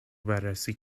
بررسی